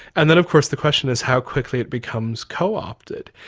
and then of course the question is how quickly it becomes co-opted.